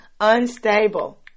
Unstable